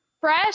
Fresh